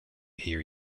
hear